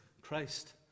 Christ